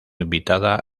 invitada